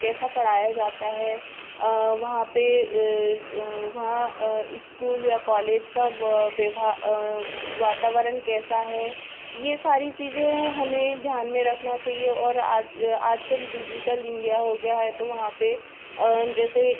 कैसा पढ़ाया जाता है वहाँ पर वहाँ स्कूल या कॉलेज का व वे वहाँ वातावरण कैसा है यह सारी चीज़ें हमें ध्यान में रखना चहिए और आज आजकल डिज़िटल इंडिया हो गया है तो वहाँ पर जैसे